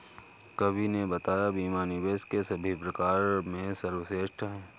कवि ने बताया बीमा निवेश के सभी प्रकार में सर्वश्रेष्ठ है